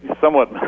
somewhat